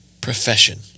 profession